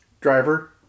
driver